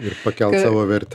ir pakelt savo vertę